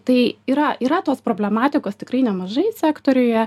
tai yra yra tos problematikos tikrai nemažai sektoriuje